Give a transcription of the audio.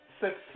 success